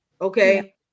Okay